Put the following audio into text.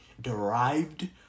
derived